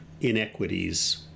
inequities